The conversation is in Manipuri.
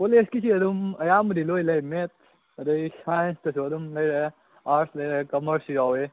ꯀꯣꯂꯦꯖꯀꯤꯁꯤ ꯑꯗꯨꯝ ꯑꯌꯥꯝꯕꯗꯤ ꯂꯣꯏꯅ ꯂꯩ ꯃꯦꯊꯁ ꯑꯗꯩ ꯁꯥꯏꯟꯁꯇꯁꯨ ꯑꯗꯨꯝ ꯂꯩꯔꯦ ꯑꯥꯔꯠꯁ ꯂꯩꯔꯦ ꯀꯝꯃꯔꯁꯁꯨ ꯌꯥꯎꯋꯤ